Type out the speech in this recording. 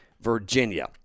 Virginia